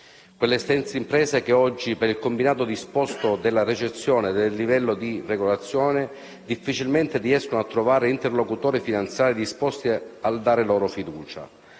Quelle stesse imprese che oggi, per il combinato disposto della recessione e del livello di regolazione, difficilmente riescono a trovare interlocutori finanziari disposti a dare loro fiducia.